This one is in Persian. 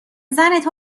زنتو